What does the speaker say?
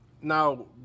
now